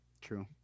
True